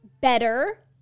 better